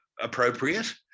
appropriate